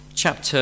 Chapter